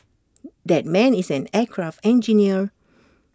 that man is an aircraft engineer